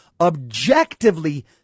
objectively